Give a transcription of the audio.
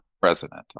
president